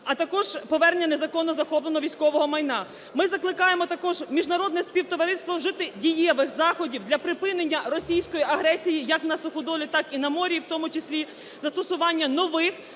А також повернення незаконно захопленого військового майна. Ми закликаємо також міжнародне співтовариство вжити дієвих заходів для припинення російської агресії як на суходолі, так і на морі, в тому числі застосування нових